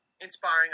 inspiring